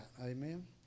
amen